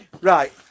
right